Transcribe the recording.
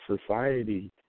society